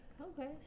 Okay